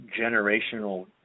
generational